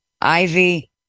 Ivy